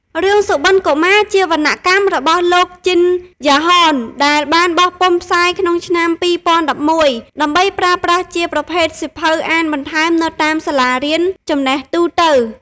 រឿងសុបិន្តកុមារ ជាវណ្ណកម្មរបស់លោក ជិន យ៉ាហន ដែលបានបោះពុម្ភផ្សាយក្នុងឆ្នាំ២០១១ ដើម្បីប្រើប្រាស់ជាប្រភេទសៀវភៅអានបន្ថែមនៅតាមសាលារៀនចំណេះទូទៅ។